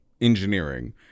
engineering